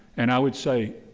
and i would say,